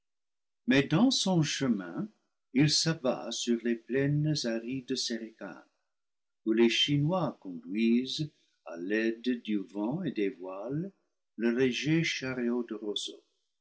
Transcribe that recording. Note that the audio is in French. mais dans son chemin il s'abat sur les plaines arides de séricane où les chinois conduisent à l'aide du vent et des voilés leurs légers chariots de roseaux